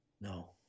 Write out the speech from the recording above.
No